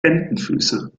entenfüße